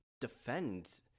defend